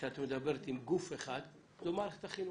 כשאת מדברת עם גוף אחד, זו מערכת החינוך.